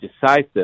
decisive